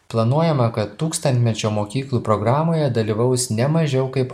planuojama kad tūkstantmečio mokyklų programoje dalyvaus ne mažiau kaip